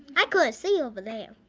i couldn't see over there.